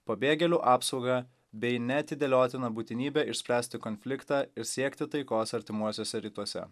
pabėgėlių apsaugą bei neatidėliotiną būtinybę išspręsti konfliktą ir siekti taikos artimuosiuose rytuose